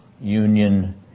union